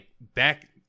back